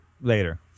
later